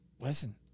Listen